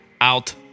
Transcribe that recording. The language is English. out